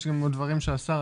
יש --- דברים של השר,